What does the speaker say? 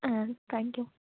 ah thank you